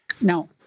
Now